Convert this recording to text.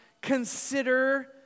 consider